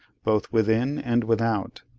both within and without,